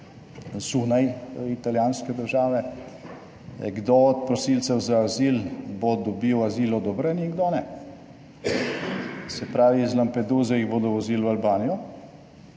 zunaj italijanske države kdo od prosilcev za azil bo dobil azil odobreni in kdo ne. Se pravi, iz Lampeduse jih bodo vozili v Albanijo,